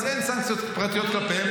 אז אין סנקציות פרטיות כלפיהם?